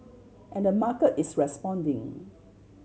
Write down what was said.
and the market is responding